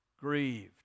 grieved